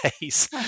days